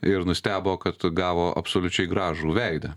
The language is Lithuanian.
ir nustebo kad gavo absoliučiai gražų veidą